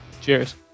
Cheers